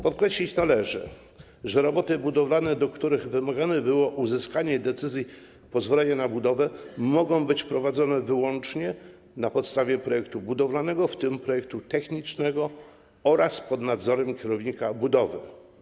Podkreślić należy, że roboty budowlane, w przypadku których wymagane było uzyskanie decyzji dotyczącej pozwolenia na budowę, mogą być prowadzone wyłącznie na podstawie projektu budowlanego, w tym projektu technicznego, oraz pod nadzorem kierownika budowy.